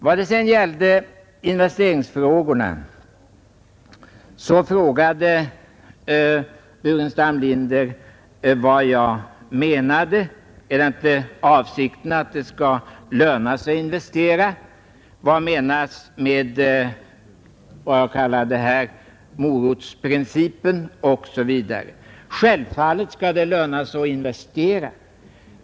Herr Burenstam Linder frågade vad jag menade med morotsprincipen och om det inte är avsikten att det skulle löna sig för företagen att investera. Självfallet skall det löna sig att investera.